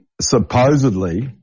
supposedly